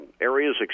areas